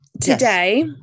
Today